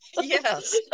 Yes